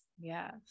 Yes